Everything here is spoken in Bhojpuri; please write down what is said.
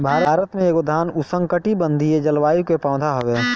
भारत में धान एगो उष्णकटिबंधीय जलवायु के पौधा हवे